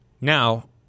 Now